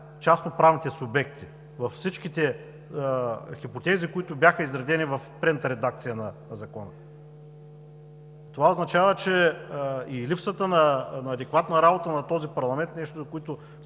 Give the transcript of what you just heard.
частноправните субекти във всичките хипотези, които бяха изредени в предната редакция на Закона. Това означава, че и липсата на адекватна работа на този парламент – нещо, за което